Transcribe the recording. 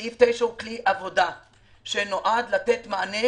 סעיף 9 הוא כלי עבודה שנועד לתת מענה